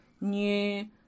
new